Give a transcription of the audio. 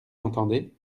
entendez